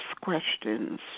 questions